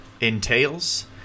Entails